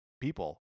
people